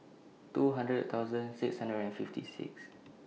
two hundred thousand six hundred and fifty six